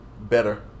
better